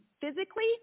Physically